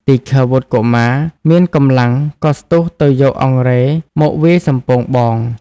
ទីឃាវុត្ត កុមារ មានកម្លាំងក៏ស្ទុះទៅយកអង្រែមកវាយសំពងបង។